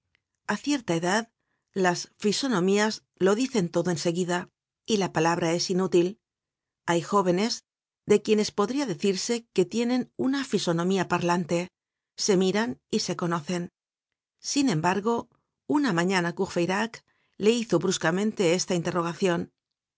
a cierta edad las fisonomías lo dicen todo en seguida y la palabra es inútil hay jóvenes de quienes podria decirse que tienen una fisonomía parlante se miran y se conocen sin embargo una mañana courfeyrac le hizo bruscamente esta interrogacion